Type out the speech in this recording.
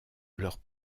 leur